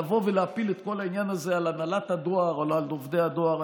לבוא ולהפיל את כל העניין הזה על הנהלת הדואר ועל עובדי הדואר,